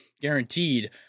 guaranteed